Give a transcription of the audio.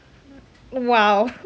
!wow!